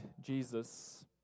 Jesus